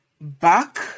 back